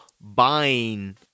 buying